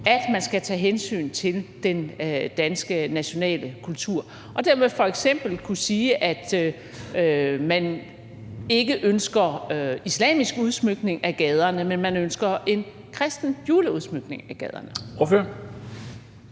at man skal tage hensyn til den danske nationale kultur og dermed f.eks. kunne sige, at man ikke ønsker en islamisk udsmykning af gaderne, men at man ønsker en kristen juleudsmykning af gaderne.